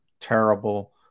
terrible